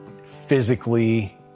physically